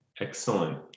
Excellent